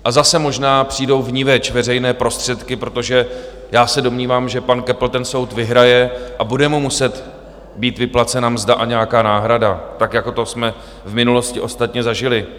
A zase možná přijdou vniveč veřejné prostředky, protože já se domnívám, že pan Köppl ten soud vyhraje, a bude mu muset být vyplacena mzda a nějaká náhrada, tak jako jsme to v minulosti ostatně zažili.